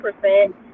percent